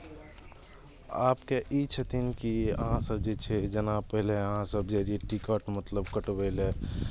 आबके ई छथिन कि अहाँसभ जे छै जेना पहिले अहाँसभ जाइ रहियै टिकट मतलब कटबै लए